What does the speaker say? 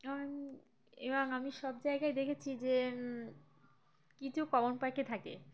এবং এবং আমি সব জায়গায় দেখেছি যে কিছু কমন পাখি থাকে